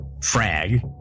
Frag